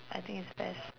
I think it's ves